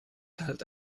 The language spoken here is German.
halt